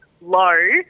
low